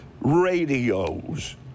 radios